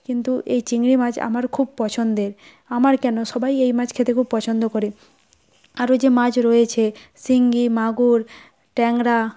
কিন্তু এই চিংড়ি মাছ আমার খুব পছন্দের আমার কেন সবাই এই মাছ খেতে খুব পছন্দ করে আরও যে মাছ রয়েছে শিঙ্গি মাগুর ট্যাংরা